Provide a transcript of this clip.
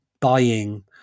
buying